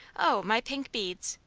oh! my pink beads.